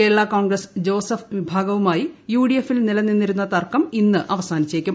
കേരളാ കോൺഗ്രസ് ജോ്സ്സ്ഫ് വിഭാഗവുമായി യുഡിഎഫിൽ നിലനിന്നിരുന്ന തർക്കം ഇന്ന് അവസാനിച്ചേക്കും